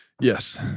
Yes